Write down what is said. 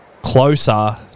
closer